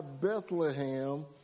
Bethlehem